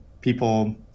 people